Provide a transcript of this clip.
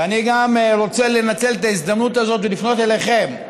ואני גם רוצה לנצל את ההזדמנות הזאת ולפנות אליכם,